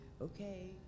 okay